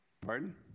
Pardon